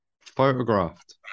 photographed